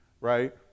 right